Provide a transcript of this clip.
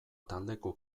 taldeko